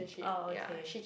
oh okay